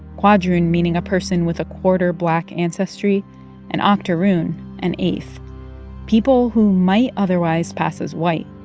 quadroon meaning a person with a quarter black ancestry and octoroon, an eighth people who might otherwise pass as white